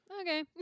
Okay